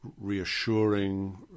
reassuring